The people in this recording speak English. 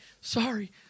sorry